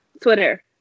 Twitter